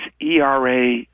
ERA